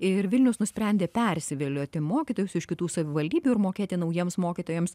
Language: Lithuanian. ir vilnius nusprendė persivilioti mokytojus iš kitų savivaldybių ir mokėti naujiems mokytojams